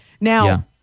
Now